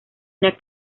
una